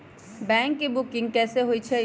Gas के booking कैसे होईछई?